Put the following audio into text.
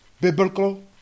Biblical